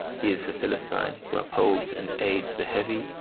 he is the philistine who upholds and aids the heavy,